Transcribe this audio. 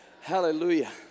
Hallelujah